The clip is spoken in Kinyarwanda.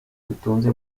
dutunze